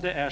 fattar.